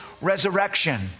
resurrection